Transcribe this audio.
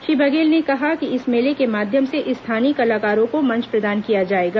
श्री बघेल ने कहा कि इस मेले के माध्यम से स्थानीय कलाकारों को मंच प्रदान किया जाएगा